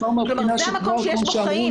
זה המקום בו יש חיים.